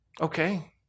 Okay